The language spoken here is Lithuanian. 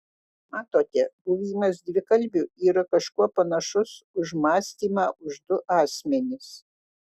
matote buvimas dvikalbiu yra kažkuo panašus už mąstymą už du asmenis